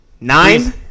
Nine